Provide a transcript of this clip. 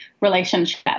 Relationship